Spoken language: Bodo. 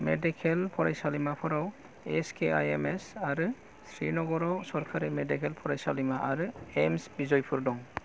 मेडिकेल फरायसालिमाफोराव एस के आइएमएस आरो श्रीनगराव सरकारि मेडिकेल फरायसालिमा आरो एमस विजयपुर दं